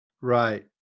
Right